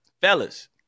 Fellas